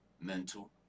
Mental